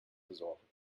besorgen